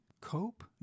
cope